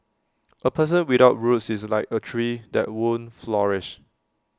A person without roots is like A tree that won't flourish